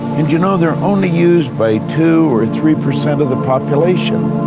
and you know, they're only used by two or three percent of the population.